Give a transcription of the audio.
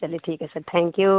चलिए ठीक है सर थैंक यू